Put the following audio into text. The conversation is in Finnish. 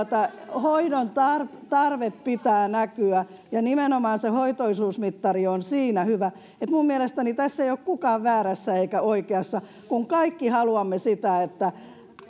hoidon tarpeen pitää näkyä ja nimenomaan se hoitoisuusmittari on siinä hyvä minun mielestäni tässä ei ole kukaan väärässä eikä oikeassa kun kaikki haluamme sitä että